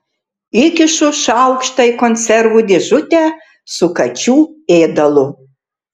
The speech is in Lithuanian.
įkišu šaukštą į konservų dėžutę su kačių ėdalu